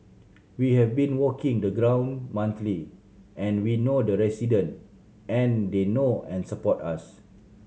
we have been walking the ground monthly and we know the resident and they know and support us